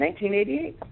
1988